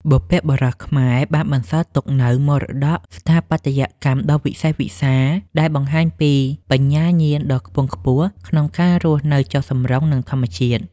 បុព្វបុរសខ្មែរបានបន្សល់ទុកនូវមរតកស្ថាបត្យកម្មដ៏វិសេសវិសាល ដែលបង្ហាញពីបញ្ញាញាណដ៏ខ្ពង់ខ្ពស់ក្នុងការរស់នៅចុះសម្រុងនឹងធម្មជាតិ។